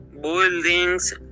buildings